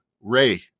Ray